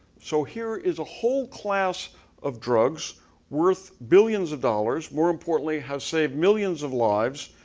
so here is a whole class of drugs worth billions of dollars. more importantly have saved millions of lives,